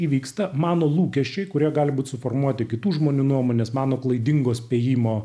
įvyksta mano lūkesčiai kurie gali būti suformuoti kitų žmonių nuomonės mano klaidingo spėjimo